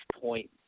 point